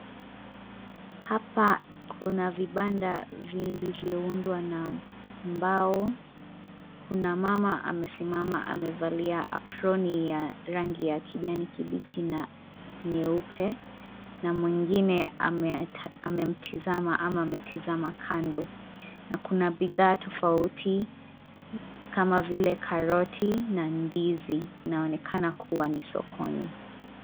Hapa kuna vibanda vilivyoundwa na mbao. Kuna mama amesimama, amevalia aproni ya rangi ya kijani kibichi na nyeupe na mwingine amemtizama ama ametizama kando. Na kuna bidhaa tofauti kama vile karoti na ndizi. Inaonekana kuwa ni sokoni.